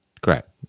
correct